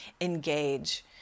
engage